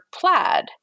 plaid